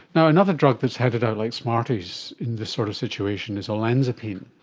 and another drug that is handed out like smarties in this sort of situation is olanzapine.